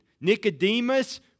Nicodemus